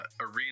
arena